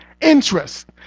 interest